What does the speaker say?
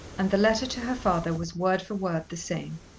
and the letter to her father was word for word the same.